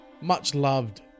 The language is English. much-loved